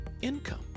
income